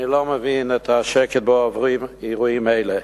אני לא מבין את השקט שבו עוברים אירועים אלה.